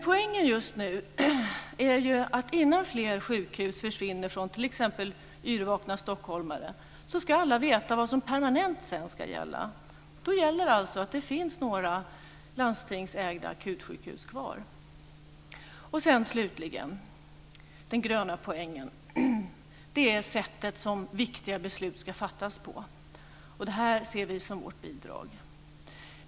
Poängen just nu är att innan fler sjukhus försvinner från t.ex. yrvakna stockholmare ska alla veta vad som permanent ska gälla. Då gäller det att det finns några landstingsägda akutsjukhus kvar. Sedan är det slutligen den gröna poängen, nämligen det sätt som viktiga beslut ska fattas på. Det ser vi som vårt bidrag.